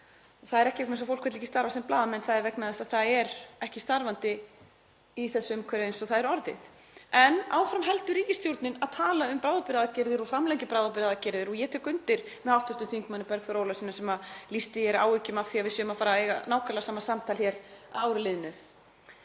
Það er ekki vegna þess að fólk vill ekki starfa sem blaðamenn, það er vegna þess að það er ekki starfandi í þessu umhverfi eins og það er orðið. En áfram heldur ríkisstjórnin að tala um bráðabirgðaaðgerðir og framlengir bráðabirgðaaðgerðir. Ég tek undir með hv. þm. Bergþóri Ólasyni sem lýsti áhyggjum af því að við séum að fara að eiga nákvæmlega sama samtal hér að ár liðnu.